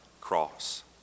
cross